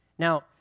Now